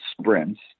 sprints